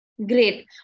Great